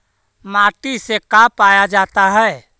माटी से का पाया जाता है?